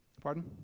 pardon